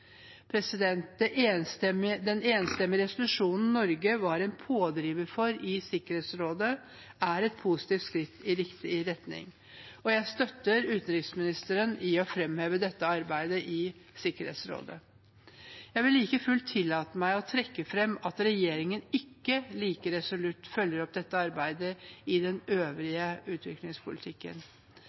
Den enstemmige resolusjonen Norge var en pådriver for i Sikkerhetsrådet, er et positivt skritt i riktig retning. Jeg støtter utenriksministeren i å fremheve dette arbeidet i Sikkerhetsrådet. Jeg vil like fullt tillate meg å trekke frem at regjeringen ikke like resolutt følger opp dette arbeidet i den øvrige utviklingspolitikken.